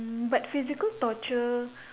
mm but physical torture